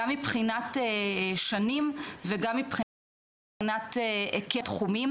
גם מבחינת שנים וגם מבחינת היקף התחומים